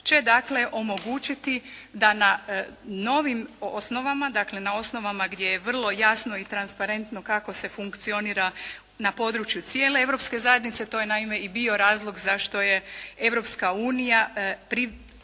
osnovama dakle na osnovama gdje je vrlo jasno i transparentno kako se funkcionira na područje cijele Europske zajednice. To je naime i bio razlog zašto je Europska unija prišla